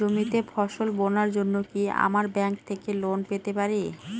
জমিতে ফসল বোনার জন্য কি আমরা ব্যঙ্ক থেকে লোন পেতে পারি?